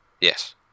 Yes